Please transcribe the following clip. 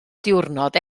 diwrnod